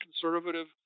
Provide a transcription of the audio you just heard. conservative